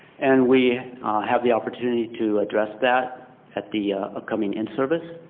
and we had the opportunity to address that at the upcoming in-service.